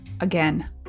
again